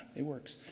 it works.